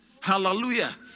Hallelujah